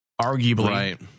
arguably